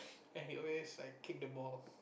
and he always like kick the ball